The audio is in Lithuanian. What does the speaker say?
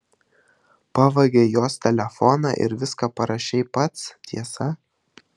pavogei jos telefoną ir viską parašei pats tiesa